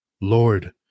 Lord